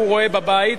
הוא רואה בבית.